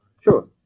sure